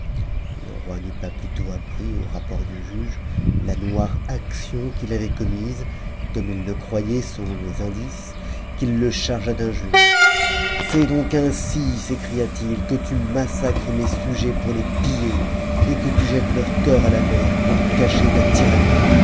le roi n'eut pas plutôt appris au rapport du juge la noire action qu'il avait commise comme il le croyait selon les indices qu'il le chargea d'injures c'est donc ainsi s'écria-t-il que tu massacres mes sujets pour les piller et que tu jettes leur corps à la mer pour cacher ta tyrannie